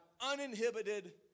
uninhibited